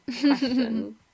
question